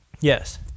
Yes